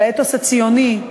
של האתוס הציוני,